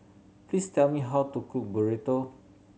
please tell me how to cook Burrito